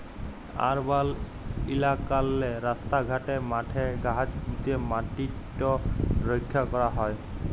আরবাল ইলাকাললে রাস্তা ঘাটে, মাঠে গাহাচ প্যুঁতে ম্যাটিট রখ্যা ক্যরা হ্যয়